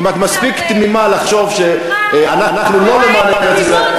אם את מספיק תמימה לחשוב שאנחנו לא למען ארץ-ישראל,